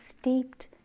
steeped